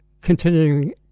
Continuing